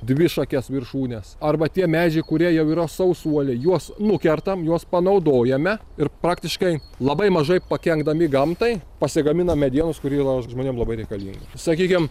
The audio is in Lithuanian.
dvišakes viršūnes arba tie medžiai kurie jau yra sausuoliai juos nukertam juos panaudojame ir praktiškai labai mažai pakenkdami gamtai pasigaminam medienos kuri yra žmonėm labai reikalinga sakykim